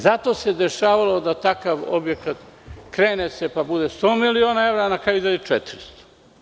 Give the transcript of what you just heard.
Zato se dešavalo da takav objekat krene se, pa bude 100 miliona evra, a na kraju bude 400.